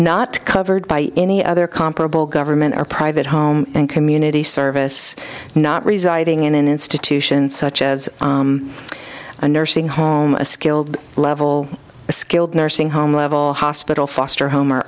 not covered by any other comparable government or private home and community service not residing in an institution such as a nursing home a skilled level skilled nursing home level hospital foster home or